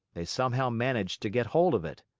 they somehow managed to get hold of it.